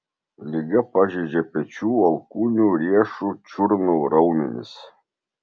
liga pažeidžia pečių alkūnių riešų čiurnų raumenis